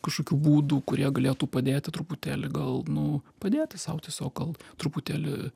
kažkokių būdų kurie galėtų padėti truputėlį gal nu padėti sau tiesiog gal truputėlį